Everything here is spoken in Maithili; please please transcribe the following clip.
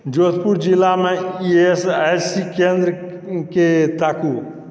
जोधपुर जिलामे ई एस आई सी केंद्रकेँ ताकू